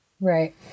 Right